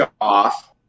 off